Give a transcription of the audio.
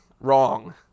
wrong